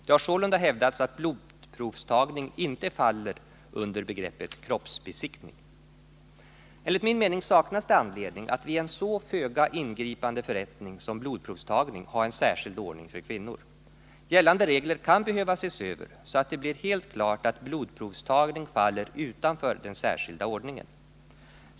Det har sålunda hävdats att blodprovstagning inte faller under begreppet kroppsbesiktning. Enligt min mening saknas det anledning att vid en så föga ingripande förrättning som blodprovstagning ha en särskild ordning för kvinnor. Gällande regler kan behöva ses över så att det blir helt klart att blodprovstagning faller utanför den särskilda ordningen.